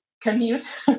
commute